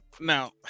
Now